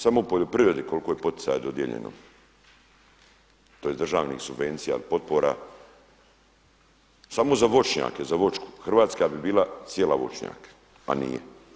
Samo u poljoprivredi koliko je poticaja dodijeljeno tj. državnih subvencija potpora, samo za voćnjake, za voću, Hrvatska bi bila cijela voćnjak, a nije.